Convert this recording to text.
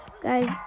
Guys